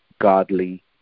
godly